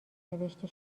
نوشته